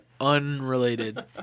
unrelated